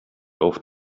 auf